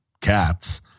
cats